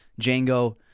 Django